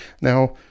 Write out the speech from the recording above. now